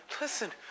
Listen